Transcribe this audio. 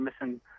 missing